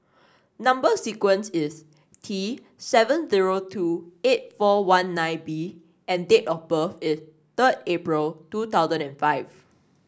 number sequence is T seven zero two eight four one nine B and date of birth is third April two thousand and five